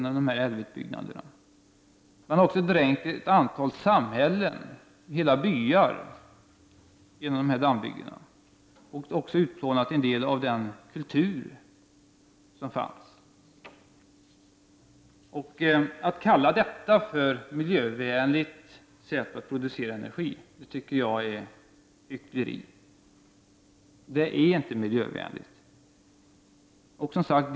Man har också dränkt ett antal samhällen och hela byar genom dammbyggena och också utplånat en del av den kultur som fanns. Att kalla detta för ett miljövänligt sätt att producera energi tycker jag är hyckleri. Det är inte miljövänligt.